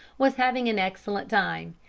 was having an excellent time.